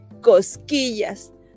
cosquillas